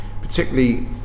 particularly